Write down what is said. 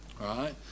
right